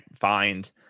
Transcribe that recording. find